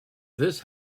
this